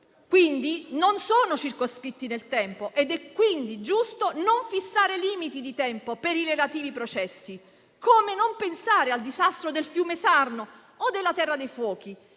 Quindi, non sono reati circoscritti nel tempo ed è giusto non fissare limiti di tempo per i relativi processi. Come non pensare al disastro del fiume Sarno o della terra dei fuochi?